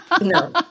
No